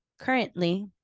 Currently